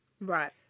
Right